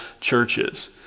churches